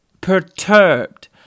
perturbed